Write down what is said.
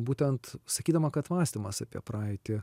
būtent sakydama kad mąstymas apie praeitį